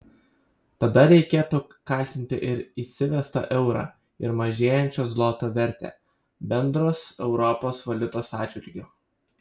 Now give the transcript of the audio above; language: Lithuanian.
tada reikėtų kaltinti ir įsivestą eurą ir mažėjančio zloto vertę bendros europos valiutos atžvilgiu